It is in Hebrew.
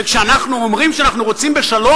וכשאנחנו אומרים שאנחנו רוצים בשלום,